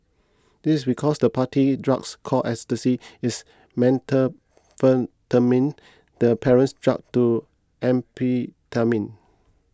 this is because the party drugs called Ecstasy is methamphetamine the parent drug to amphetamine